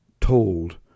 Told